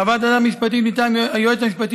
חוות הדעת המשפטית מטעם היועץ המשפטי